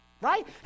Right